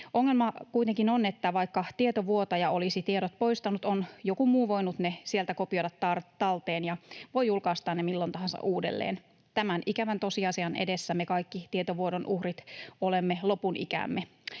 Ongelma kuitenkin on, että vaikka tietovuotaja olisi tiedot poistanut, on joku muu voinut ne sieltä kopioida talteen ja voi julkaista ne milloin tahansa uudelleen. Tämän ikävän tosiasian edessä me kaikki tietovuodon uhrit olemme lopun ikäämme.